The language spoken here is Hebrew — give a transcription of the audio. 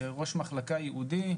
ראש מחלקה ייעודי,